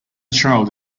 child